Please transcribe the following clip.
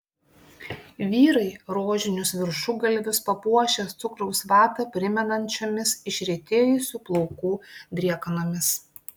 vyrai rožinius viršugalvius papuošę cukraus vatą primenančiomis išretėjusių plaukų driekanomis